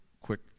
quick